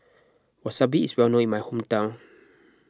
Wasabi is well known in my hometown